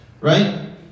right